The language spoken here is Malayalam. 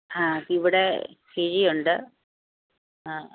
ആ ഇവിടെ സീയുണ്ട് ആ